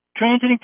transiting